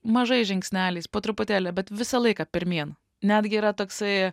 mažais žingsneliais po truputėlį bet visą laiką pirmyn netgi yra toksai